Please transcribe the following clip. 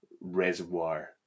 reservoir